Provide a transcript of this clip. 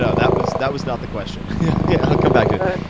so that was that was not the question. i'll come back to it.